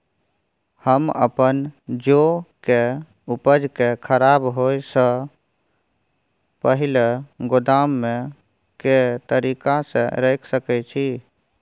हम अपन जौ के उपज के खराब होय सो पहिले गोदाम में के तरीका से रैख सके छी?